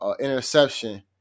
interception